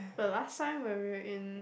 the last time when we were in